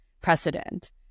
precedent